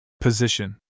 Position